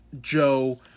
Joe